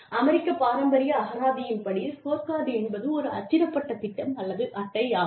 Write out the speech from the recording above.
அமெரிக்கப் பாரம்பரிய அகராதியின் படி ஸ்கோர் கார்டு என்பது ஒரு அச்சிடப்பட்ட திட்டம் அல்லது அட்டை ஆகும்